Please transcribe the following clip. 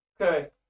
Okay